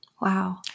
Wow